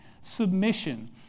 submission